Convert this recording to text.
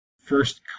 first